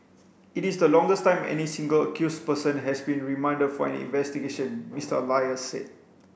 it is the longest time any single accused person has been remanded for an investigation Mister Elias said